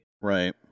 right